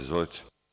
Izvolite.